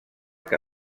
que